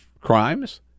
crimes